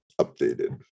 updated